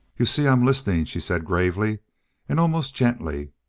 you see i am listening, she said gravely and almost gently.